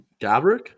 Gabrick